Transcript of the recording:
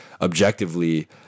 objectively